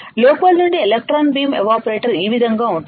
లోపలి నుండి electron beam evaporator ఈ విధంగా ఉంటుంది